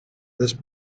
this